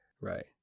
Right